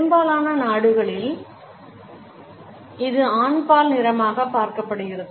பெரும்பாலான நாடுகளில் இது ஆண்பால் நிறமாக பார்க்கப்படுகிறது